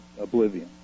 oblivion